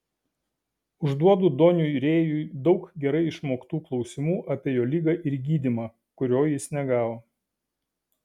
užduodu doniui rėjui daug gerai išmoktų klausimų apie jo ligą ir gydymą kurio jis negavo